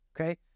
okay